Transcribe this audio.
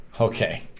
okay